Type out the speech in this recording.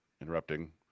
interrupting